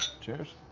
Cheers